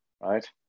right